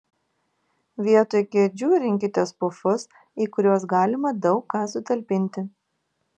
vietoj kėdžių rinkitės pufus į kuriuos galima daug ką sutalpinti